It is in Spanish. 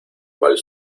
cual